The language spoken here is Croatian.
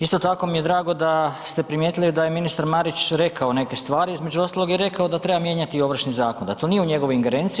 Isto tako mi je drago da ste primijetili da je ministar Marić rekao neke stvari, između ostalog je rekao da treba mijenjati i Ovršni zakon, da to nije u njegovoj ingerenciji.